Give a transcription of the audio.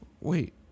Wait